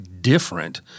different